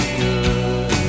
good